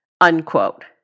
unquote